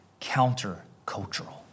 countercultural